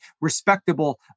respectable